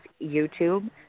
YouTube